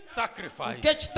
sacrifice